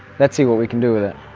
let's see what we can do with it.